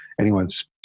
anyone's